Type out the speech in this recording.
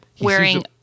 wearing